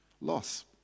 loss